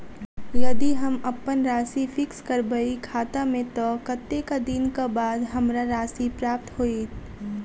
यदि हम अप्पन राशि फिक्स करबै खाता मे तऽ कत्तेक दिनक बाद हमरा राशि प्राप्त होइत?